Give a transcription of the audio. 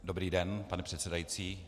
Dobrý den, pane předsedající.